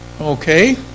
Okay